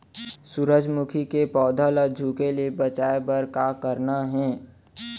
सूरजमुखी के पौधा ला झुके ले बचाए बर का करना हे?